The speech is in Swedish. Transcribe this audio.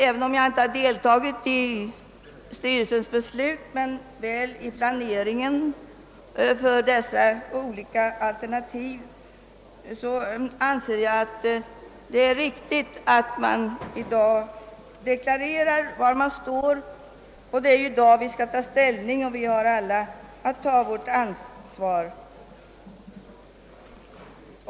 Jag har inte deltagit i styrelsens beslut men väl i planeringen rörande de olika alternativen, och jag anser att jag bör förklara var jag står. Det är i dag vi skall ta ställning, och vi har alla vårt ansvar.